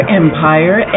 empire